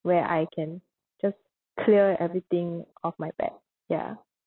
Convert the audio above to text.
where I can just clear everything off my back ya